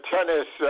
Tennis